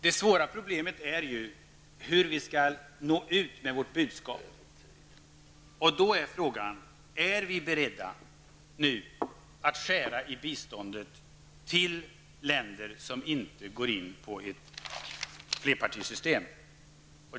Det svåra problemet är hur vi skall nå ut med vårt budskap. Frågan är om vi nu är beredda att skära i biståndet till länder som inte går in för ett flerpartisystem.